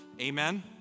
Amen